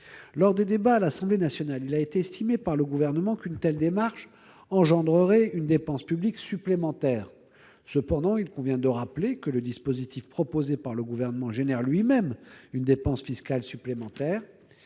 Lors des débats à l'Assemblée nationale, il a été estimé par le Gouvernement qu'une telle démarche engendrerait une dépense publique supplémentaire. Cependant, il convient de rappeler que le dispositif proposé par le Gouvernement crée lui-même une dépense fiscale supplémentaire